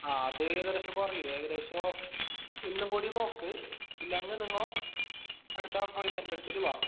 ആ അത് ഏകദേശം കുറയും ഏകദേശം ഇന്നും കൂടി നോക്ക് ഇല്ലെങ്കിൽ നിങ്ങൾ അടുത്ത അപ്പോയിൻമെൻ്റ് എടുത്തിട്ട് വരൂ